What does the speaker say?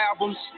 albums